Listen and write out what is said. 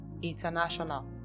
international